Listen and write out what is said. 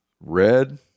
Red